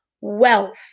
wealth